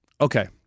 okay